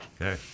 Okay